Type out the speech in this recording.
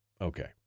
Okay